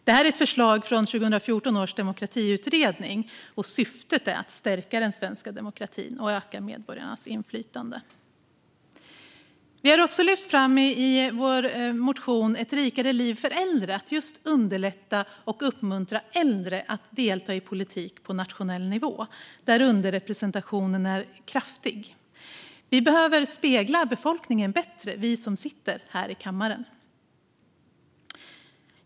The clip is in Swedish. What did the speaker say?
Det här är ett förslag från 2014 års demokratiutredning, och syftet är att stärka den svenska demokratin och öka medborgarnas inflytande. I vår motion Ett rikare liv för äldre har vi också lyft fram att man ska uppmuntra och underlätta för äldre att delta i politik på nationell nivå där underrepresentationen är kraftig. Vi som sitter här i kammaren behöver spegla befolkningen på ett bättre sätt.